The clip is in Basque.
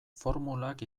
formulak